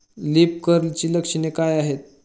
Leaf कर्लची लक्षणे काय आहेत?